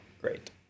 great